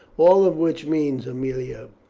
all of which means, aemilia,